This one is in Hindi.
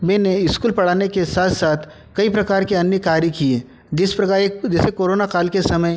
मैंने स्कूल पढ़ाने के साथ साथ कई प्रकार के अन्य कार्य किए जिस प्रकार एक जैसे कोरोना काल के समय